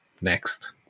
next